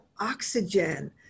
oxygen